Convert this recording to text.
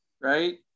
right